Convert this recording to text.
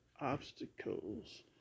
obstacles